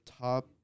top